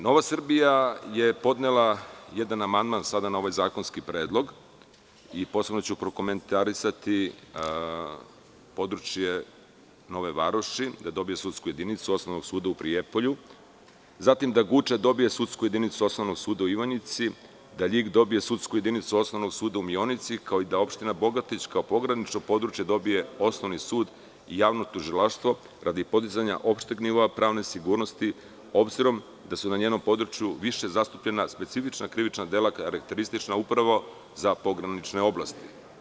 Nova Srbija je podnela jedan amandman na ovaj zakonski predlog i posebno ću prokomentarisati područje Nove Varoši, da dobije sudsku jedinicu, Osnovnog suda u Prijepolju, zatim da Guča dobije sudsku jedinicu Osnovnog suda u Ivanjici, da Ljug dobije sudsku jedinicu Osnovnog suda i Mionici, kao i da opština Bogatić kao pogranično područje dobije Osnovni sud i javno tužilaštvo radi podizanja opšteg nivoa pravne sigurnosti obzirom da su na njenom području više zastupljena specifična krivična dela karakteristična upravo za pogranične oblasti.